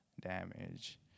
damage